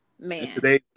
Man